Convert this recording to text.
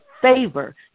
favor